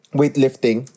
weightlifting